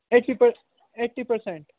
eighty per eighty percent